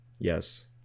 yes